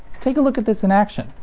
take a look at this in action.